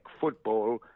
football